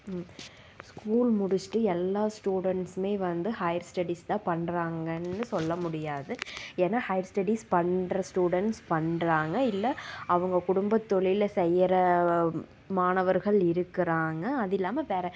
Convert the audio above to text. school முடிச்சுட்டு எல்லா ஸ்டூடெண்ட்ஸுமே வந்து ஹையர் ஸ்டடீஸ் தான் பண்றாங்கன்னு சொல்ல முடியாது ஏன்னால் ஹையர் ஸ்டடீஸ் பண்ற ஸ்டூடெண்ட்ஸ் பண்றாங்க இல்லை அவங்க குடும்பத் தொழிலை செய்கிற மாணவர்கள் இருக்கிறாங்க அது இல்லாமல் வேறே